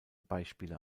beispiele